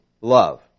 love